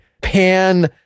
pan